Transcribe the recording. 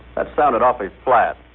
that sounded awfully flat.